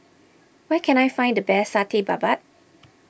where can I find the best Satay Babat